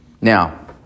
Now